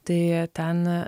tai ten